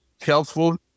helpful